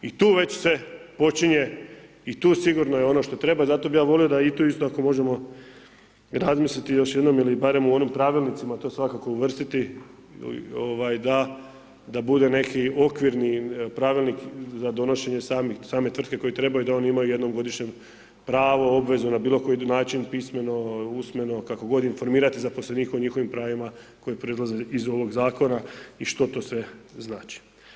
I tu već se počinje i tu sigurno je ono što treba, zato bi ja volio da i tu isto ako možemo razmisliti još jednom ili barem u onom pravilnicima to svakako uvrstiti ovaj da bude neki okvirni pravilnik za donošenje same tvrtke koji trebaju da oni imaju jednom godišnje pravo, obvezu na bilo koji način pismeno, usmeno kako god informirati zaposlenike o njihovim pravima koji proizlaze iz ovog zakona i što to sve znači.